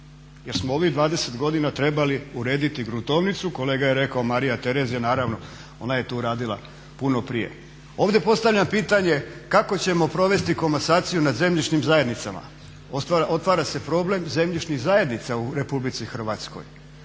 jer smo u ovih 20 godina trebali urediti gruntovnicu. Kolega je rekao Marija Terezija, naravno ona je tu radila puno prije. Ovdje postavljam pitanje kako ćemo provesti komasaciju nad zemljišnim zajednicama, otvara se problem zemljišnih zajednica u Republici Hrvatskoj.